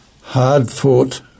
Hard-fought